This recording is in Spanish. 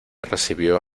recibió